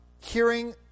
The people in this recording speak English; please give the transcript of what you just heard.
hearing